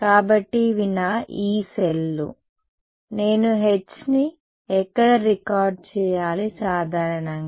కాబట్టి ఇవి నా యీ సెల్లు నేను H ని ఎక్కడ రికార్డ్ చేయాలి సాధారణంగా